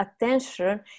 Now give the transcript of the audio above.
attention